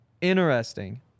Interesting